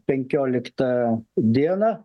penkioliktą dieną